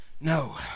No